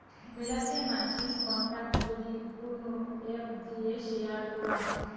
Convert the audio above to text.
মেলাছেন মানসি কন্টাক্ট যদি কোন এপ্ দিয়ে শেয়ার করাং